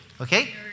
Okay